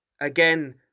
again